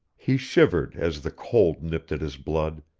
he shivered as the cold nipped at his blood,